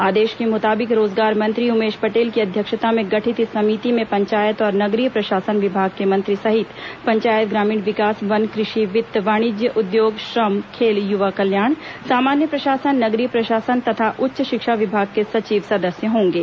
आदेश के मुताबिक रोजगार मंत्री उमेश पटेल की अध्यक्षता में गठित इस समिति में पंचायत और नगरीय प्रशासन विभाग के मंत्री सहित पंचायत ग्रामीण विकास वन कृषि वित्त वाणिज्य उद्योग श्रम खेल युवा कल्याण सामान्य प्रशासन नगरीय प्रशासन तथा उच्च शिक्षा विभाग के सचिव सदस्य होंगे